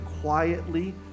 quietly